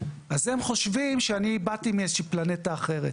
הם חושבים שבאתי מאיזושהי פלנטה אחרת,